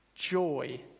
Joy